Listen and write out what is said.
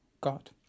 God